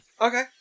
Okay